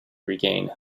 regain